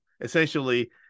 essentially